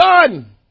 done